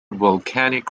volcanic